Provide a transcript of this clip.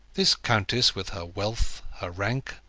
this countess with her wealth, her rank,